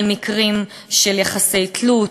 על מקרים של יחסי תלות,